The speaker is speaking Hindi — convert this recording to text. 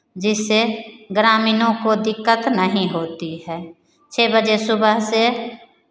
जिससे ग्रामीणों को दिक्कत नहीं होती है छः बजे सुबह से